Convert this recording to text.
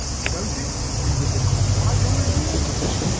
without it we would become like our neighbours.